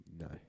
no